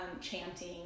chanting